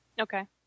Okay